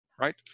right